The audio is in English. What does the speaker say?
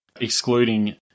excluding